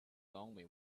only